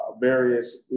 various